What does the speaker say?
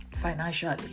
financially